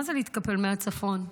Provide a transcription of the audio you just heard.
מה זה להתקפל מהצפון?